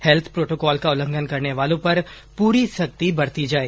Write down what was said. health protocol का उल्लंघन करने वालों पर पूरी सख्ती बरती जाए